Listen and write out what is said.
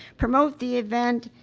promote the event,